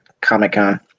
Comic-Con